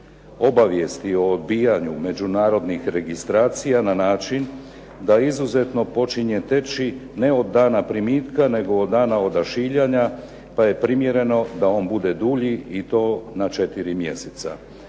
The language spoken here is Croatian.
obavijesti o odbijanju međunarodnih registracija na način da izuzetno počinje teći ne od dana primitka, nego od dana odašiljanja pa je primjereno da on bude dulji i to na četiri mjeseca.